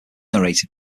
narrated